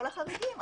כל החריגים,